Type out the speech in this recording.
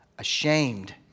Ashamed